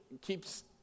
keeps